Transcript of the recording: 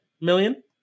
million